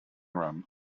run